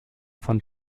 von